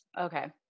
Okay